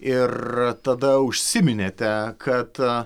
ir tada užsiminėte kad